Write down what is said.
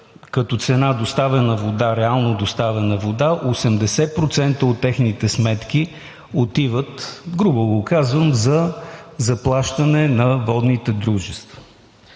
като цена реално доставена вода, 80% от техните сметки отиват, грубо го казвам, за заплащане на водните дружества.